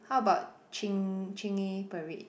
how about ching~ Chingay parade